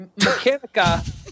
mechanica